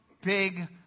big